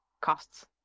costs